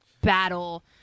battle